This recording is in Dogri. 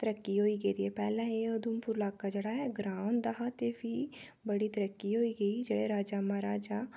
पैह्लें एह् उधमपुर लाका जेह्ड़ा ऐ ग्रांऽ होंदा हा ते फ्ही बड़ी तरक्की होई गेई जेह्ड़े राजा महाराजा हे